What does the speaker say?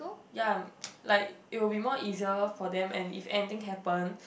ya like it will be more easier for them and if anything happen